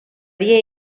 dia